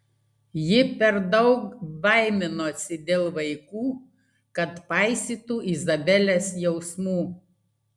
ji per daug baiminosi dėl vaikų kad paisytų izabelės jausmų